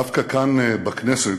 דווקא כאן, בכנסת,